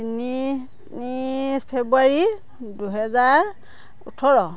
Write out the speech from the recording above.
তিনি তিনি ফেব্ৰুৱাৰী দুহেজাৰ ওঠৰ